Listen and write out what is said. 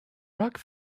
rock